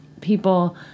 people